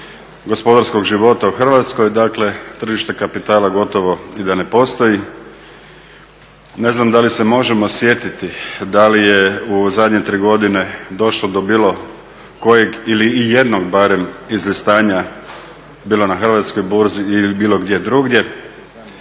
gospodarskog života u Hrvatskoj, dakle tržište kapitala gotovo i da ne postoji. Ne znam da li se možemo sjetiti da li je u zadnje 3 godine došlo di bilo kojeg ili ijednog barem …, bilo na hrvatskoj burzi ili bilo gdje drugdje,